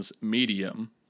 medium